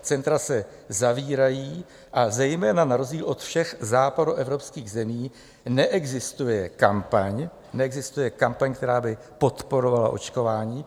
Centra se zavírají a zejména na rozdíl od všech západoevropských zemí neexistuje kampaň, neexistuje kampaň, která by podporovala očkování.